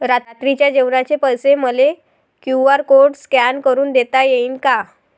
रात्रीच्या जेवणाचे पैसे मले क्यू.आर कोड स्कॅन करून देता येईन का?